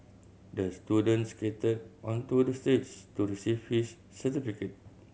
the student skated onto the stage to receive his certificate